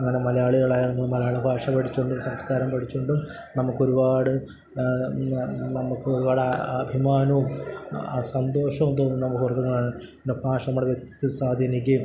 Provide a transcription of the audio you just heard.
അങ്ങനെ മലയാളികളായിരുന്നു മലയാള ഭാഷ പഠിച്ചുകൊണ്ടും സംസ്കാരം പഠിച്ചുകൊണ്ടും നമുക്കൊരുപാട് നമുക്കൊരുപാട് ആ അഭിമാനവും ആ സന്തോഷവും തോന്നുന്ന മുഹൂർത്തങ്ങളാണ് പിന്നെ ഭാഷ നമ്മുടെ വ്യക്തിത്വത്തെ സ്വാധീനിക്കുകയും